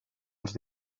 els